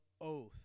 oath